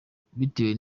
bitewe